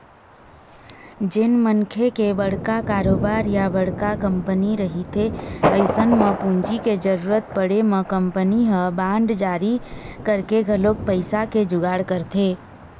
जेन मनखे के बड़का कारोबार या बड़का कंपनी रहिथे अइसन म पूंजी के जरुरत पड़े म कंपनी ह बांड जारी करके घलोक पइसा के जुगाड़ करथे